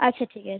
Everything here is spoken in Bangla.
আচ্ছা ঠিক আছে